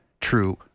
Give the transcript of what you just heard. true